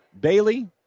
Bailey